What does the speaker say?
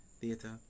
theater